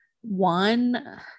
one